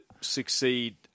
succeed